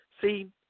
See